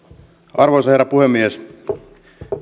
arvoisa herra puhemies